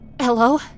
Hello